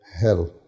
hell